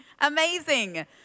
Amazing